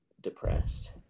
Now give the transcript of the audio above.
depressed